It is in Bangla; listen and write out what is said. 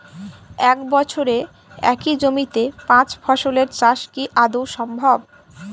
এক বছরে একই জমিতে পাঁচ ফসলের চাষ কি আদৌ সম্ভব?